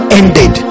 ended